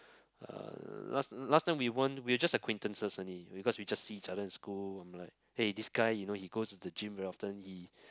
uh last last time we won't we're just acquaintances only because we just see each other in school I'm like hey this guy you know he goes into gym very often he